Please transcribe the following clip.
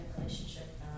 relationship